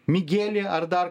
migelį ar dar